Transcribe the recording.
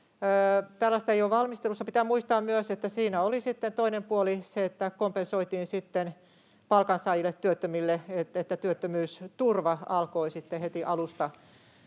Tällaista ei ole valmistelussa. Pitää muistaa myös, että siinä oli toinen puoli se, että kompensoitiin palkansaajille, työttömille, että työttömyysturva alkoi sitten